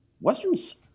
Western's